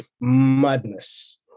madness